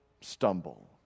stumble